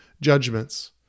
judgments